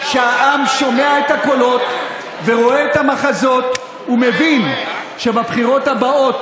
שהעם שומע את הקולות ורואה את המחזות ומבין שבבחירות הבאות